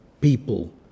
people